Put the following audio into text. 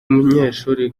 munyeshuri